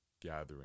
gathering